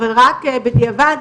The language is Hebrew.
בדיעבד,